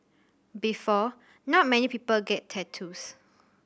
before not many people get tattoos